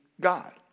God